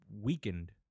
weakened